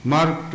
Mark